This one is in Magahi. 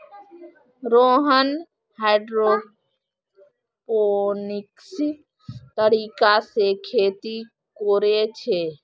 रोहन हाइड्रोपोनिक्स तरीका से खेती कोरे छे